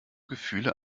gefühle